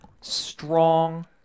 strong